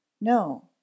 No